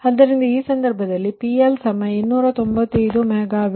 ಆದ್ದರಿಂದ ಆ ಸಂದರ್ಭದಲ್ಲಿ ನೀವು PL295 MW